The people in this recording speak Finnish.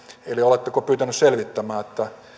eli oletteko pyytänyt selvittämään